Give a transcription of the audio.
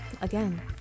again